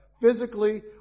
physically